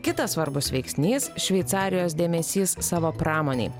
kitas svarbus veiksnys šveicarijos dėmesys savo pramonei